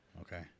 okay